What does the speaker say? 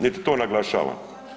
Niti to naglašavam.